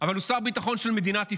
אבל הוא שר ביטחון של מדינת ישראל,